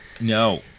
No